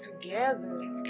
together